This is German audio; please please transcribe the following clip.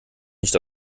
nicht